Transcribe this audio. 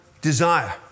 desire